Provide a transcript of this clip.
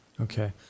Okay